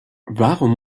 warum